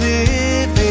Living